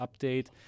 Update